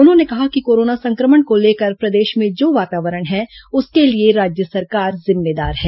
उन्होंने कहा कि कोरोना संक्रमण को लेकर प्रदेश में जो वातावरण है उसके लिए राज्य सरकार जिम्मेदार है